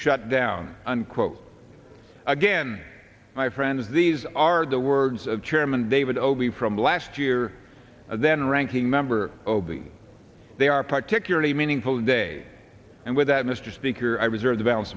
shut down unquote again my friends these are the words of chairman david obi from last year then ranking member obie they are particularly meaningful today and with that mr speaker i these are the balance